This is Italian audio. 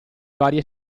varie